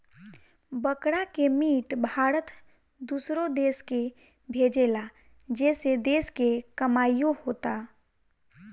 बकरा के मीट भारत दूसरो देश के भेजेला जेसे देश के कमाईओ होता